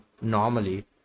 normally